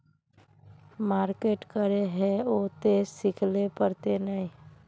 Market करे है उ ते सिखले पड़ते नय?